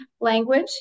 language